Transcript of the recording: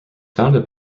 founded